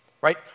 Right